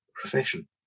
profession